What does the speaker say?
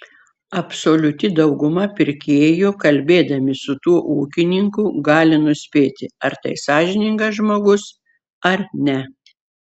absoliuti dauguma pirkėjų kalbėdami su tuo ūkininku gali nuspėti ar tai sąžiningas žmogus ar ne